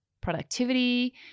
productivity